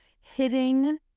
hitting